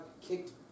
kicked